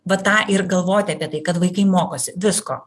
va tą ir galvoti apie tai kad vaikai mokosi visko